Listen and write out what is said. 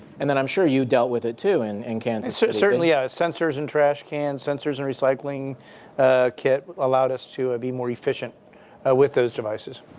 and then i'm sure you've dealt with it to in and kansas city. certainly, ah sensors in trash cans. sensors in recycling kit allowed us to be more efficient with those devices.